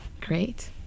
Great